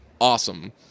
awesome